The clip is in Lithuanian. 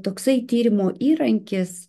toksai tyrimo įrankis